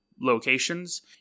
locations